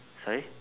sorry